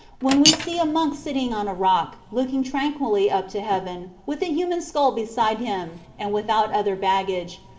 when we see a monk sitting on a rock, looking tranquilly up to heaven, with a human skull beside him, and without other baggage,